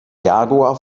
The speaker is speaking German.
jaguar